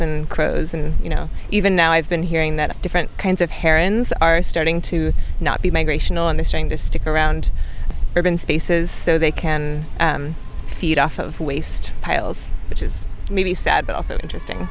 crows and you know even now i've been hearing that different kinds of herons are starting to not be migration on this trying to stick around urban spaces so they can feed off of waste piles which is maybe sad but also interesting